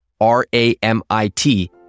R-A-M-I-T